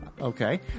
Okay